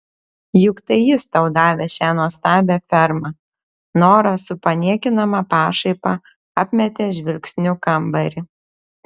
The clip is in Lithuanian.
juk tai jis tau davė šią nuostabią fermą nora su paniekinama pašaipa apmetė žvilgsniu kambarį